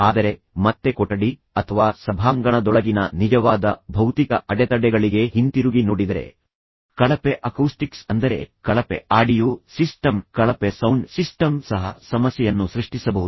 ಆದರೆ ಮತ್ತೆ ಕೊಠಡಿ ಅಥವಾ ಸಭಾಂಗಣದೊಳಗಿನ ನಿಜವಾದ ಭೌತಿಕ ಅಡೆತಡೆಗಳಿಗೆ ಹಿಂತಿರುಗಿ ನೋಡಿದರೆ ಕಳಪೆ ಅಕೌಸ್ಟಿಕ್ಸ್ ಅಂದರೆ ಕಳಪೆ ಆಡಿಯೋ ಸಿಸ್ಟಮ್ ಕಳಪೆ ಸೌಂಡ್ ಸಿಸ್ಟಮ್ ಸಹ ಸಮಸ್ಯೆಯನ್ನು ಸೃಷ್ಟಿಸಬಹುದು